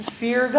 fear